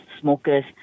smokers